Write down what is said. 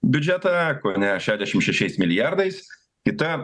biudžetą kone šešiasdešim šešiais milijardais kita